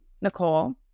Nicole